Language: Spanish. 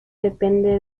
depende